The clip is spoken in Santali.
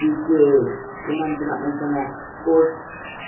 ᱵᱤᱴᱮᱠ ᱮᱢᱟᱱ ᱛᱮᱱᱟᱜ ᱱᱚᱝᱠᱟᱱᱟᱜ ᱠᱳᱨᱥ